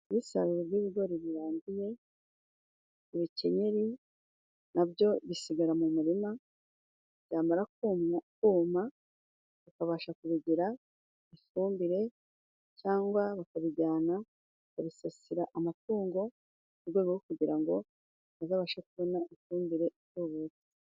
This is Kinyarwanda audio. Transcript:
Iyo isarura ry'ibigori rirangiye ibikenyeri na byo bisigara mu murima, byamara kuma kuma bakabasha kubigira ifumbire, cyangwa bakabijyana bakabisasira amatungo, mu rwego rwo kugira ngo bazabashe kubona ifumbire itubutse.